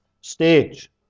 stage